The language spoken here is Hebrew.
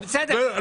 רועי, בסדר.